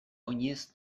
oinez